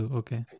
okay